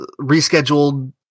rescheduled